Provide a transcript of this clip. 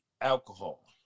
alcohol